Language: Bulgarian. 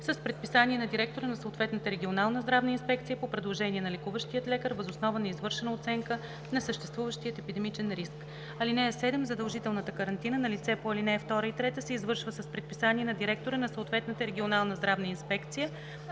с предписание на директора на съответната регионална здравна инспекция по предложение на лекуващия лекар въз основа на извършена оценка на съществуващия епидемичен риск. (6) Задължителната карантина на лице по ал. 2 и 3 се извършва с предписание на директора на съответната регионална здравна инспекция